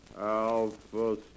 Alpha